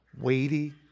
weighty